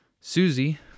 Susie